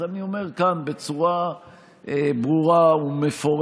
אז אני אומר כאן בצורה ברורה ומפורשת